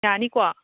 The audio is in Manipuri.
ꯌꯥꯅꯤꯀꯣ ꯑꯣ